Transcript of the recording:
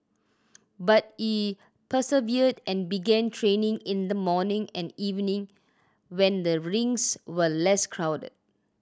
but he persevered and began training in the morning and evening when the rinks were less crowded